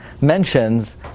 mentions